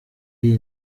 iyi